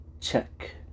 check